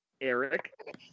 Eric